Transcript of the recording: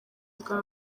bwa